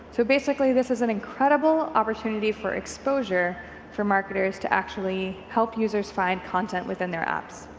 so basically this is an incredible opportunity for exposure for marketers to actually help users find content within their apps.